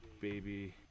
baby